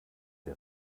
der